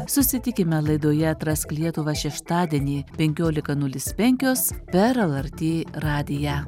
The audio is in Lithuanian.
susitikime laidoje atrask lietuvą šeštadienį penkiolika nulis penkios per lrt radiją